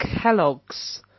Kellogg's